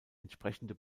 entsprechende